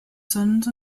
sons